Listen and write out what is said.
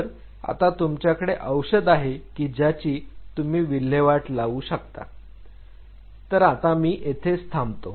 तर आता तुमच्याकडे औषध आहे की ज्याची तुम्ही विल्हेवाट लावू शकता तर आता मी येथेच थांबतो